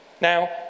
Now